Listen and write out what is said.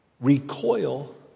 recoil